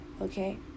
okay